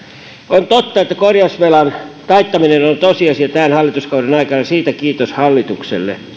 on totta että korjausvelan taittaminen on tosiasia tämän hallituskauden aikana siitä kiitos hallitukselle